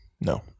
No